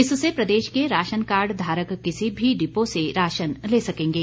इससे प्रदेश के राशन कार्ड धारक किसी भी डीपू से राशन ले सकेंगे